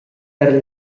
per